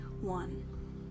one